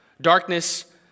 Darkness